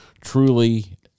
truly